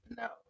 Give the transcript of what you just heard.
no